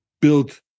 build